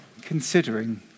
considering